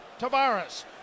Tavares